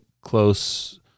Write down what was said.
close